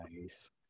Nice